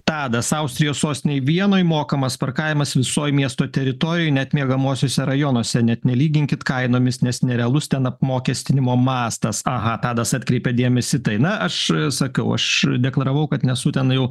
tadas austrijos sostinėj vienoj mokamas parkavimas visoj miesto teritorijoj net miegamuosiuose rajonuose net nelyginkit kainomis nes nerealus ten apmokestinimo mastas aha tadas atkreipia dėmesį į tai na aš sakau aš deklaravau kad nesu ten jau